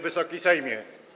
Wysoki Sejmie!